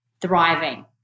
thriving